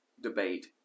debate